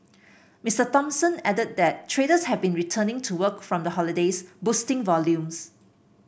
Mister Thompson added that traders have been returning to work from the holidays boosting volumes